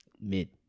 mid